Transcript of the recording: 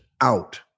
out